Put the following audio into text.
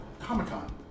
Comic-Con